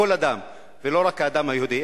כל אדם ולא רק האדם היהודי,